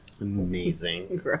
Amazing